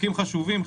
חוקים חשובים,